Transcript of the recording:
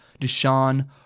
Deshaun